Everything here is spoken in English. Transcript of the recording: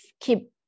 keep